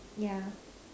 yeah